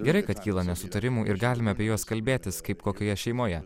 gerai kad kyla nesutarimų ir galime apie juos kalbėtis kaip kokioje šeimoje